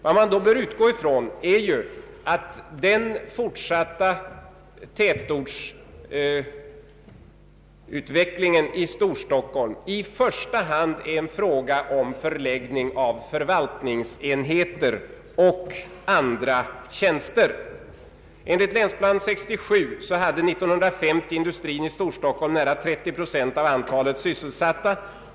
Vad man då bör utgå från är att den fortsatta tätortsutvecklingen i Storstockholm i första hand är en fråga om förläggning av förvaltningsenheter och andra tjänster. Enligt Länsplan 67 hade år 1950 industrin i Storstockholm närmare 30 procent av antalet sysselsatta.